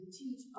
teach